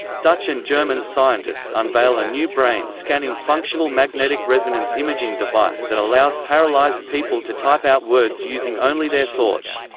dutch and german scientists unveil a new brain-scanning functional magnetic resonance imaging device that allows paralyzed people to type out words using only their thoughts.